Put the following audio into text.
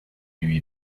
lui